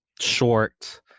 short –